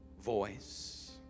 voice